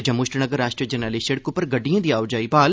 जम्मू श्रीनगर राष्ट्रीय जरनैली सिड़क उप्पर गड्डियें दी आओ जाई ब्हाल